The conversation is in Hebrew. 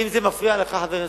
אם זה מפריע, חבר הכנסת,